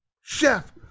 chef